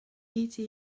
eta